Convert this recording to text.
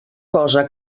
cosa